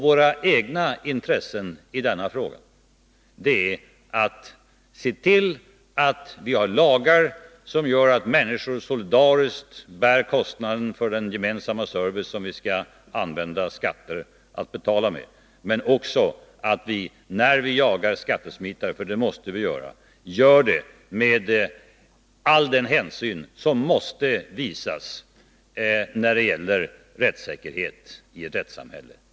Våra egnaintressen i denna fråga är att se till att vi har lagar som gör att människor solidariskt bär kostnaden för den gemensamma service som vi skall använda skatterna till men också att se till att vi, när vi jagar skattesmitare — för det måste vi göra — gör det med all den hänsyn som måste visas med tanke på rättssäkerheten i ett rättssamhälle.